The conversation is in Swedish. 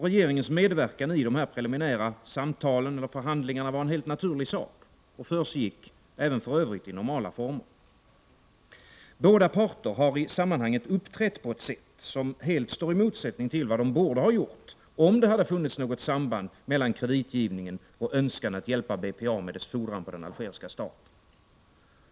Regeringens medverkan i de preliminära samtalen, eller förhandlingarna, var en helt naturlig sak och försiggick även för övrigt i normala former. Båda parter har i sammanhanget uppträtt på ett sätt som helt står i motsättning till vad de borde ha gjort om det hade funnits något samband mellan kreditgivningen och önskan att hjälpa BPA med dess fordran på den algeriska staten.